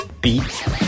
Beat